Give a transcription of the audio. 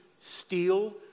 steal